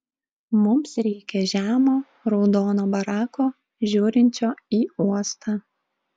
mums reikia žemo raudono barako žiūrinčio į uostą